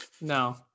No